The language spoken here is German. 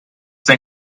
denn